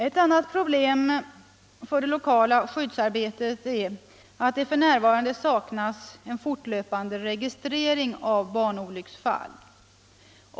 Ett annat problem i det lokala barnskyddsarbetet är att det f. n. saknas en fortlöpande registrering av barnolycksfall.